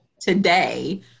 today